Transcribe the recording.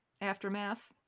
aftermath